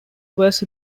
was